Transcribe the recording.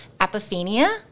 apophenia